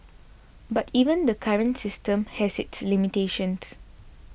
but even the current system has its limitations